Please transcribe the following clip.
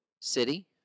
City